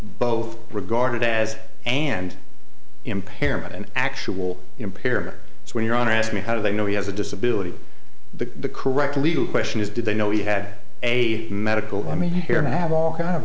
both regarded as and impairment and actual impair is when you're on ask me how do they know he has a disability the correct legal question is did they know he had a medical i mean here have all kinds of